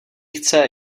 chce